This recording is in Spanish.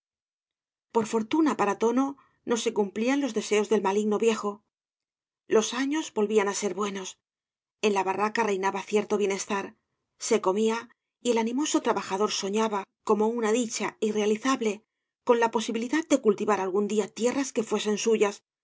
por fortuna para tono no se cumplían los de seos del maligno viejo los años volvían á ser buenos en la barraca reinaba cierto bienestar se comía y el animoso trabajador señaba como una dicha irrealizable con la posibilidad de cultivar algún día tierras que fuesen suyas